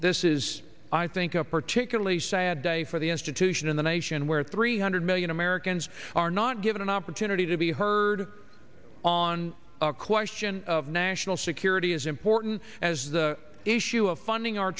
this is i think a particularly sad day for the institution in the nation where three hundred million americans are not given an opportunity to be heard on a question of national security as important as the issue of funding our